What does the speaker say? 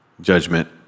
judgment